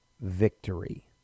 Victory